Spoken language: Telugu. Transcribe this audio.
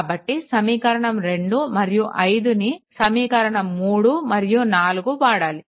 కాబట్టి సమీకరణం 2 మరియు 5 ని సమీకరణం 3 మరియు 4 వాడాలి